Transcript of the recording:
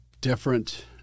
different